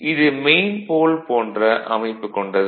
இது main pole போன்ற அமைப்பு கொண்டது